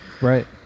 right